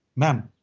ma'am.